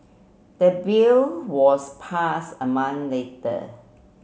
the bill was pass a month later